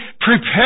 prepare